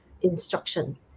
instruction